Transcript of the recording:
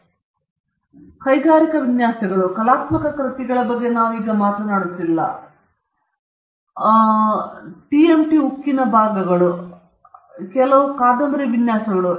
speaker 1 ಇದು ಇನ್ನೊಂದು ಉದ್ದೇಶಕ್ಕಾಗಿ ಕೈಗಾರಿಕಾ ವಿನ್ಯಾಸಗಳು ನಾವು ಕಲಾತ್ಮಕ ಕೃತಿಗಳ ಬಗ್ಗೆ ಮಾತನಾಡುತ್ತಿಲ್ಲ ಅಂಚುಗಳನ್ನು ಒತ್ತುವಂತಹ ಅಂಚು ಅಥವಾ ಟಿಎಂಟಿ ಉಕ್ಕಿನ ಬಾರ್ಗಳು ಅವುಗಳಲ್ಲಿ ಕೆಲವು ಕಾದಂಬರಿ ವಿನ್ಯಾಸಗಳು ಇದ್ದವು